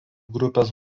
grupės